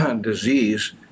disease